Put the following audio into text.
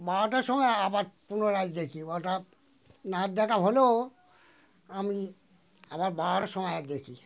বারোটার সময় আবার পুনরায় দেখি ওটা না দেখা হলেও আমি আবার বারোটার সময় দেখি